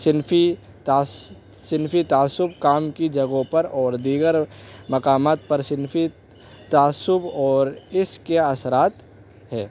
صنفی صنفی تعصب کام کی جگہوں پر اور دیگر مقامات پر صنفی تعصب اور اس کے اثرات ہے